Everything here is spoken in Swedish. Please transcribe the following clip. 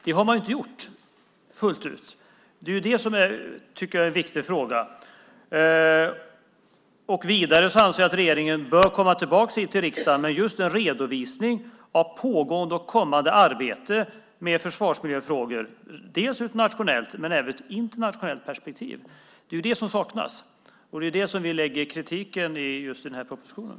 Det har man inte gjort fullt ut. Det tycker jag är en viktig fråga. Vidare anser jag att regeringen bör komma tillbaka till riksdagen med en redovisning av pågående och kommande arbeten med försvarsmiljöfrågor dels i ett nationellt, dels i ett internationellt perspektiv. Det är det som saknas, och det är på det vi riktar kritiken av propositionen.